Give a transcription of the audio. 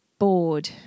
bored